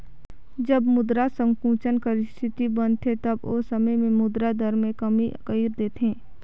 जब मुद्रा संकुचन कर इस्थिति बनथे तब ओ समे में मुद्रा दर में कमी कइर देथे